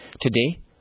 Today